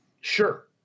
Sure